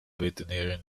veterinarian